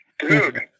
Dude